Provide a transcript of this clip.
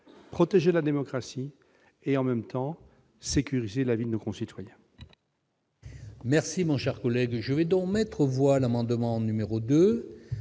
protéger la démocratie et sécuriser la vie de nos concitoyens.